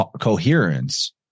coherence